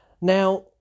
Now